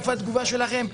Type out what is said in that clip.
איפה התגובה שלכם?